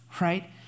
right